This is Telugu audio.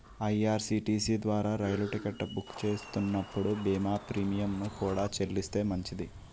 ఐ.ఆర్.సి.టి.సి ద్వారా రైలు టికెట్ బుక్ చేస్తున్నప్పుడు బీమా ప్రీమియంను కూడా చెల్లిస్తే మంచిది